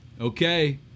Okay